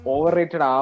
Overrated